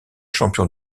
champion